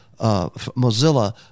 Mozilla